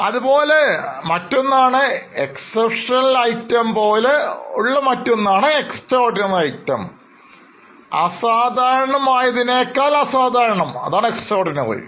അതുപോലെ മറ്റൊന്നാണ് Extraordinary items അസാധാരണമായതിനേക്കാൾ അസാധാരണം ആണെങ്കിൽ അത് extraordinary ആണ്